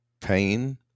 pain